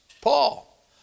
Paul